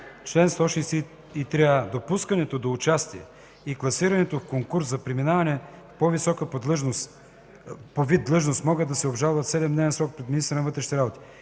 „Чл. 163а. Допускането до участие и класирането в конкурс за преминаване в по-висока по вид длъжност могат да се обжалват в 7 дневен срок пред министъра на вътрешните работи.